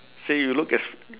say you look as